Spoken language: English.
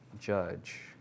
judge